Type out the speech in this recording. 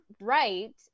right